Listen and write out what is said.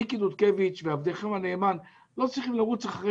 מיקי דודקביץ' ועבדכם הנאמן לא צריכים לרוץ אחרי